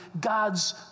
God's